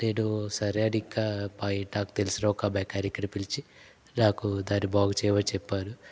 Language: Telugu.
నేను సరే అని ఇంకా బయట నాకు తెలిసిన ఒక మెకానిక్ని పిలిచి నాకు దాన్ని బాగు చేయమని చెప్పాను